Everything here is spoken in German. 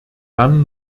dann